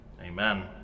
Amen